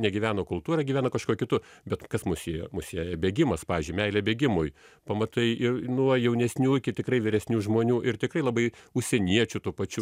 negyveno kultūra gyvena kažkuo kitu bet kas mus sieja mus sieja bėgimas pavyzdžiui meilė bėgimui pamatai ir nuo jaunesnių iki tikrai vyresnių žmonių ir tikrai labai užsieniečių tuo pačiu